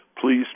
please